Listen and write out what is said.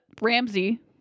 ramsey